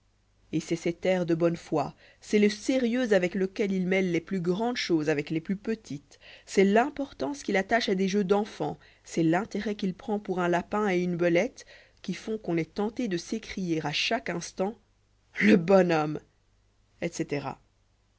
et c'est cet air de bonne foi c'est le sérieux avec lequel il mêle les plus grandes choses avec les plus petites c'est l'importance qu'il attache à des jeux d'enfants c'est ce l'intérêt qu'il prend pour un lapin et une belette qui font qu'on est tenté de s'écrier à chaque instant le bon homme etc